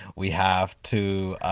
we have to